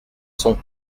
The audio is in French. son